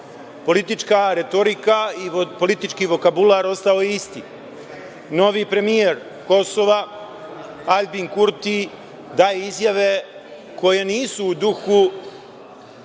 Politička retorika i politički vokabular ostao je isti. Novi premijer Kosova Aljbin Kurti daje izjave koje nisu u duhu